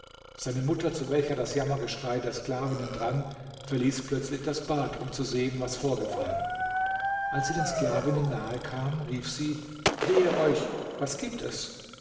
seine mutter zu welcher das jammergeschrei der sklavinnen drang verließ plötzlich das bad um zu sehen was vorgefallen als sie den sklavinnen nahe kam rief sie wehe euch was gibt es